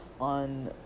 on